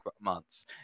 months